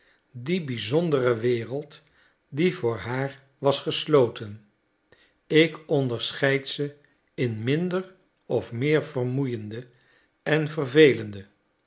die bizondere wereld die voor haar was gesloten ik onderscheid ze in minder of meer vermoeiende en vervelende